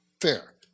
fair